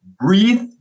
breathe